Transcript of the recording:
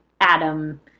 Adam